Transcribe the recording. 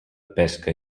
pesca